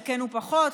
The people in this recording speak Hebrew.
חלקנו פחות,